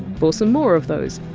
for some more of those,